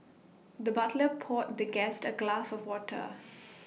the butler poured the guest A glass of water